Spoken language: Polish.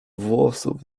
włosów